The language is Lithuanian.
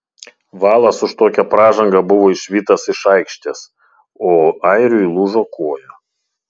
valas už tokią pražangą buvo išvytas iš aikštės o airiui lūžo koja